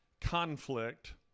conflict